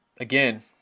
again